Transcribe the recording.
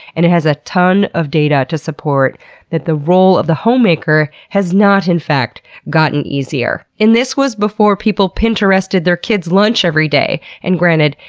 and it has a ton of data to support that the role of the homemaker has not, in fact, gotten easier. and this was before people pinterested their kid's lunch every day! and granted,